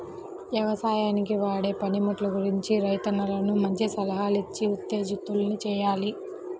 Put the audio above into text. యవసాయానికి వాడే పనిముట్లు గురించి రైతన్నలను మంచి సలహాలిచ్చి ఉత్తేజితుల్ని చెయ్యాలి